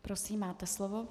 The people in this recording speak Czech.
Prosím, máte slovo.